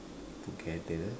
together